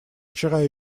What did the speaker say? вчера